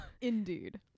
indeed